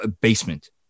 basement